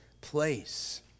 place